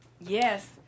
Yes